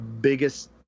biggest